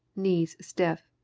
knees stiff.